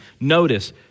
Notice